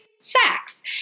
sex